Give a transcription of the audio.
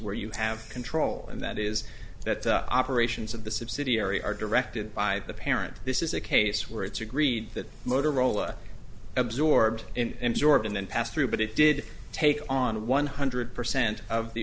where you have control and that is that the operations of the subsidiary are directed by the parent this is a case where it's agreed that motorola absorbed in jordan and passed through but it did take on one hundred percent of the